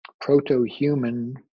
proto-human